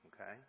okay